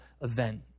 event